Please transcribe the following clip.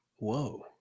Whoa